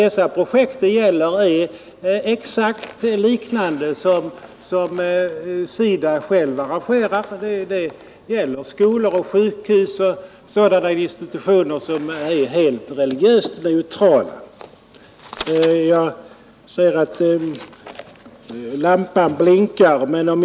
De projekt det här gäller är exakt liknande dem SIDA själv genomför — det gäller skolor, sjukhus, alltså sådana institutioner som är religiöst sett helt neutrala.